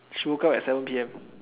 she woke up at seven P_M